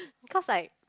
cause like